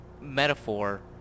metaphor